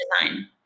design